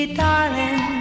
darling